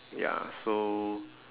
ya so